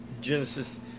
Genesis